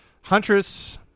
huntress